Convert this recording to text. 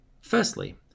Firstly